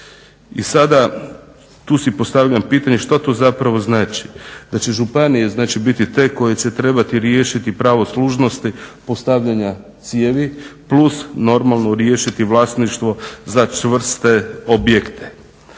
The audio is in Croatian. I sada tu si postavljam pitanje što to zapravo znači, da će županije znači biti te koje će trebati riješiti pravo služnosti postavljanja cijevi plus normalno riješiti vlasništvo za čvrste objekte.